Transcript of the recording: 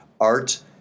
art